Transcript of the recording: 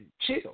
chill